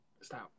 Stop